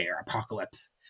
apocalypse